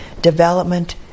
development